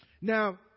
Now